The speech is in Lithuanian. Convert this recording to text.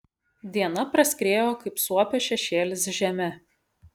diena praskriejo kaip suopio šešėlis žeme